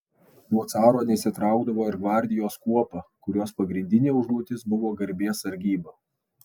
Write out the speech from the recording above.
nuo caro nesitraukdavo ir gvardijos kuopa kurios pagrindinė užduotis buvo garbės sargyba